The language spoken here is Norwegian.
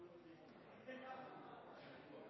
og for